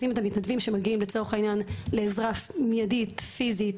את המתנדבים שמגיעים לעזרה מיידית פיזית,